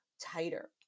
tighter